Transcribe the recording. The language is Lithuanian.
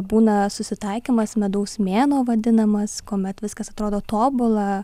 būna susitaikymas medaus mėnuo vadinamas kuomet viskas atrodo tobula